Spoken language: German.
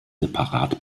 separat